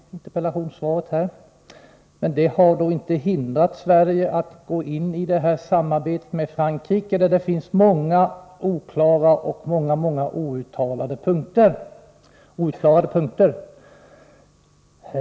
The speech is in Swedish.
Men det har inte hindrat Sverige från att gå in i ett samarbete med Frankrike, som innehåller många oklara punkter.